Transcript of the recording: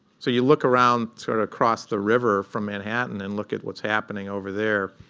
so you look around sort of across the river from manhattan and look at what's happening over there,